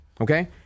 okay